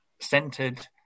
centered